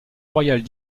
royales